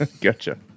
Gotcha